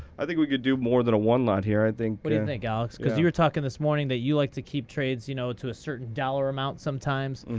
i think we could do more than a one lot here. i think what but do you think, alex? because you were talking this morning that you like to keep trades you know to a certain dollar amount sometimes.